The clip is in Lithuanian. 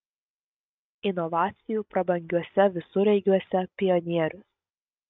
inovacijų prabangiuose visureigiuose pionierius